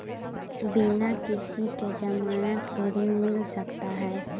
बिना किसी के ज़मानत के ऋण मिल सकता है?